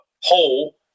hole